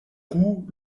coup